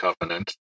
Covenant